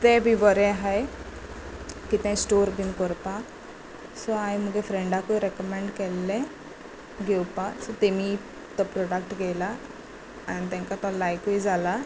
ते तें बी बरें हाय कितें स्टोर बी करपाक सो हांवें म्हजे फ्रेंडांकूय रेकमँड केल्लें घेवपाक सो तेमी तो प्रोडक्ट घेतला आनी तांकां तो लायकूय जाला